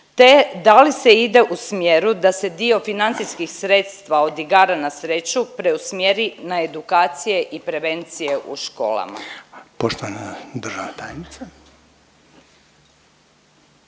te da li se ide u smjeru da se dio financijskih sredstva od igara na sreću preusmjeri na edukacije i prevencije u školama? **Reiner, Željko